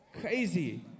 Crazy